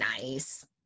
nice